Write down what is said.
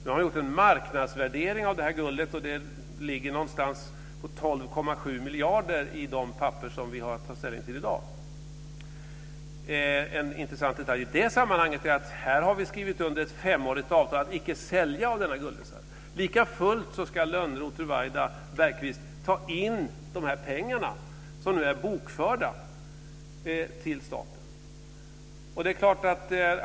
Nu har man gjort en marknadsvärdering av guldet, och den ligger på ungefär 12,7 miljarder i de papper som vi har att ta ställning till i dag. En intressant detalj i det sammanhanget är att vi här har skrivit under ett femårigt avtal att icke sälja av denna guldreserv. Likafullt ska Lönnroth, Ruwaida och Bergqvist ta in pengarna som nu är bokförda till staten.